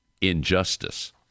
injustice